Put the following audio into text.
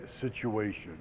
situation